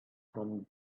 from